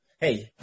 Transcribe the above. hey